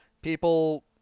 People